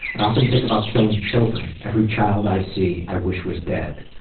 i often think about killing children. every child i see, i wish was dead.